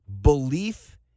belief